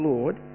Lord